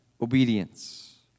obedience